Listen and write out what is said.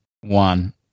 one